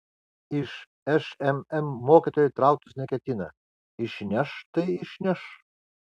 iš šmm mokytojai trauktis neketina išneš tai išneš